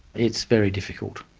it's very difficult.